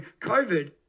COVID